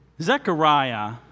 Zechariah